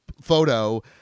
photo